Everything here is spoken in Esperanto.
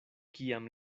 kiam